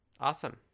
Awesome